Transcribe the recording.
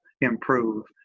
improve